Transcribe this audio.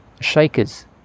Shakers